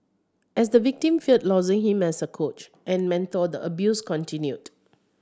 as the victim feared losing him as a coach and mentor the abuse continued